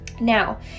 Now